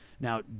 Now